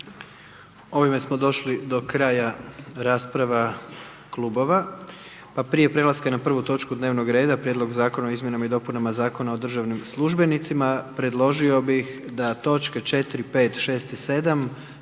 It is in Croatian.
**Jandroković, Gordan (HDZ)** Pa prije prelaska na 1. točku dnevnog reda Prijedlog zakona o izmjenama i dopunama Zakona o državnim službenicima predložio bih da točke 4., 5., 6. i 7.